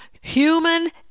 human